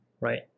right